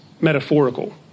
metaphorical